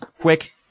Quick